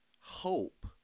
hope